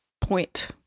point